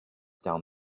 down